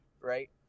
right